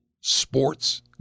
sports